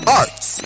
arts